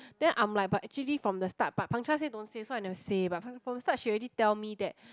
then I'm like but actually from the start but Pang-Cha said don't say so I never say but Pang but from the start she already tell me that